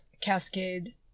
Cascade